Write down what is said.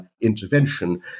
intervention